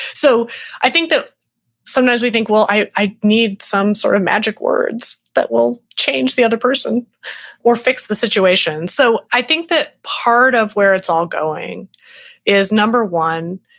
so i think that sometimes we think, well, i i need some sort of magic words that will change the other person or fix the situation. so i think that part of where it's all going is number one,